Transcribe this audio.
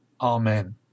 Amen